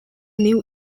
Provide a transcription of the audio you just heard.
new